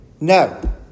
no